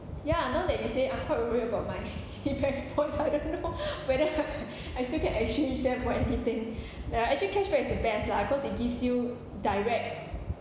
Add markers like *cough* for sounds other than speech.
ya now that you say I'm quite worried about my citibank points I don't know *laughs* whether *laughs* I still can exchange them for anything ya actually cashback is the best lah cause it gives you direct